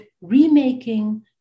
remaking